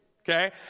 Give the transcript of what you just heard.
Okay